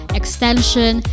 extension